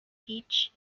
beach